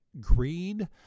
greed